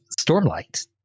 Stormlight